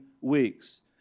weeks